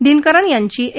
दिनकरन यांची ए